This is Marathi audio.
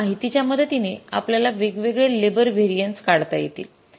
तर या माहितीच्या मदतीने आपल्याला वेगवेगळे लेबर व्हेरिएन्सेस काढता येतील